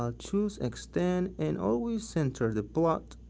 um choose extent, and always center the plot